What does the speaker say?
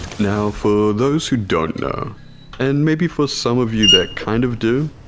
now for those who don't know and maybe for some of you that kind of do,